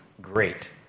great